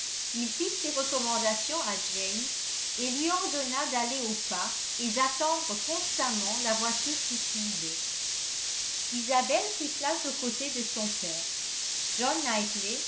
il fit ses recommandations à james et lui ordonna d'aller au pas et d'attendre constamment la voiture qui suivait isabelle prit place aux côtés de son père john